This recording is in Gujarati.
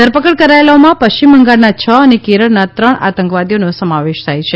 ધરપકડ કરાયેલાઓમાં પશ્ચિમ બંગાળના છ અને કેરળના ત્રણ આતંકવાદીઓનો સમાવેશ થાય છે